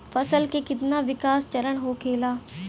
फसल के कितना विकास चरण होखेला?